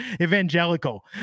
evangelical